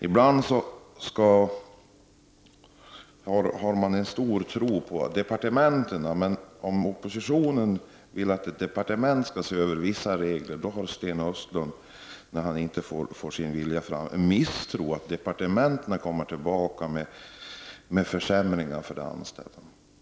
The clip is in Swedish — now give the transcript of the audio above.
Ibland finns en stor tro på departementen, men om oppositionen vill att ett departement skall se över vissa regler, misstror Sten Östlund, när han inte får sin vilja igenom, departementet och menar att det kommer tillbaka med försämringar för de anställda.